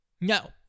No